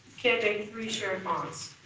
can make three shared bonds.